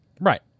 Right